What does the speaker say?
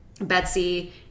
Betsy